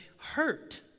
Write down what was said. hurt